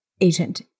agent